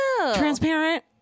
transparent